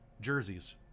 jerseys